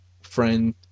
friend